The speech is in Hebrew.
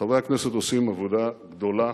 חברי הכנסת עושים עבודה גדולה,